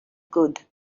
good